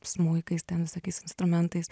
smuikais ten visokiais instrumentais